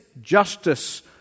justice